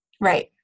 Right